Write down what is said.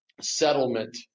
settlement